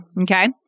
Okay